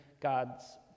God's